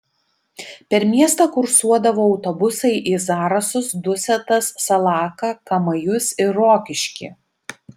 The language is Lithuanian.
per miestą kursuodavo autobusai į zarasus dusetas salaką kamajus ir rokiškį